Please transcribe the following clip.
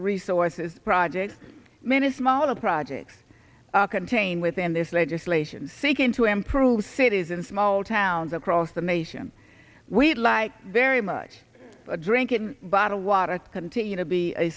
resources projects minutes mala projects contain within this legislation seeking to improve cities and small towns across the nation we'd like very much drinking bottled water to continue to be a